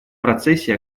процессе